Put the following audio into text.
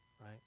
right